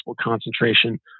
concentration